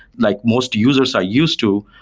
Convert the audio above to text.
like most users are used to,